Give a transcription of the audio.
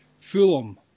Fulham